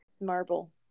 Marble